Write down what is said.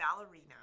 Ballerina